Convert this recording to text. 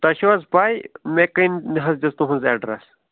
تۄہہِ چھو حظ پاے مےٚ کٔمۍ مےٚ حظ دِژ تُہنٛز ایٚڈرس